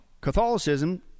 Catholicism